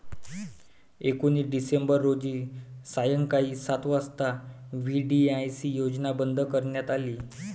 एकोणीस डिसेंबर रोजी सायंकाळी सात वाजता व्ही.डी.आय.सी योजना बंद करण्यात आली